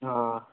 हां